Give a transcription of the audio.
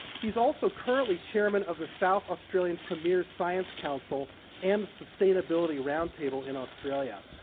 he's also currently chairman of the south australian premier science council and sustainability roundtable in australia.